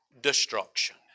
destruction